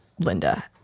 Linda